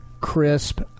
crisp